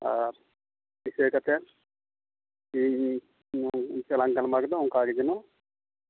ᱟᱨ ᱫᱤᱥᱟᱹ ᱠᱟᱛᱮᱫ ᱤᱧ ᱱᱤᱛᱟᱹᱜ ᱞᱟᱝ ᱜᱟᱞᱢᱟᱨᱟᱣ ᱠᱮᱫᱟ ᱚᱱᱠᱟᱜᱮ ᱡᱮᱱᱚ